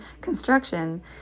construction